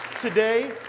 today